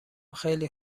خیلی